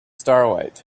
starlight